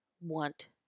want